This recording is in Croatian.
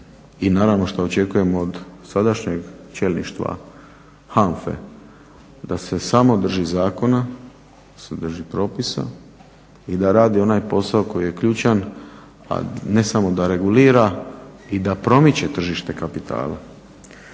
i naravno što očekujemo od sadašnjeg čelništva HANFA-e da se samo drži zakona, da se drži propisa i da radi onaj posao koji je ključan, a ne samo da regulira i da promiče tržište kapitala.